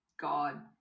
God